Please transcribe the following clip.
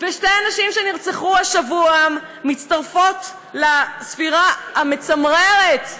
שתי הנשים שנרצחו השבוע מצטרפות לספירה המצמררת,